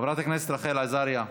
חברת הכנסת רחל עזריה,